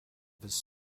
his